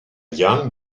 young